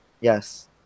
Yes